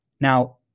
Now